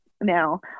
now